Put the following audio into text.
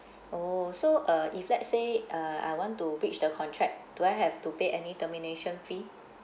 oh so uh if let's say uh I want to breach the contract do I have to pay any termination fee